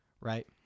right